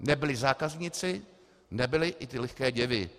Nebyli zákazníci, nebyli i ty lehké děvy.